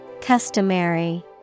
Customary